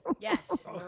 Yes